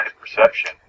perception